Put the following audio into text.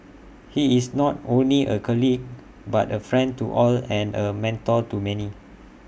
he is not only A colleague but A friend to all and A mentor to many